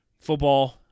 football